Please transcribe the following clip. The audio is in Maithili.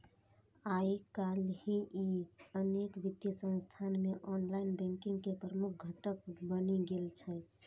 आइकाल्हि ई अनेक वित्तीय संस्थान मे ऑनलाइन बैंकिंग के प्रमुख घटक बनि गेल छै